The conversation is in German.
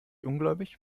ungläubig